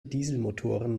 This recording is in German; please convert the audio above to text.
dieselmotoren